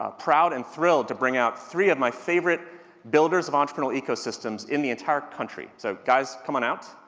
ah proud and thrilled to bring out three of my favorite builders of entrepreneurial ecosystems in the entire country. so guys, come on out.